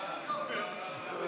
אדוני